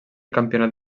campionat